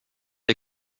ihr